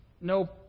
no